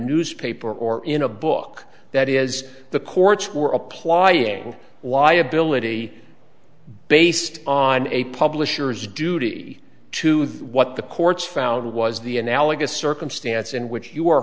newspaper or in a book that is the courts were applying liability based on a publisher's duty to what the courts found was the analogous circumstance in which you